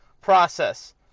process